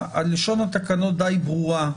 כרגע, לשון התקנות די ברורה.